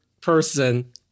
person